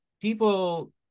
people